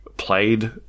played